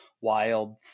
wild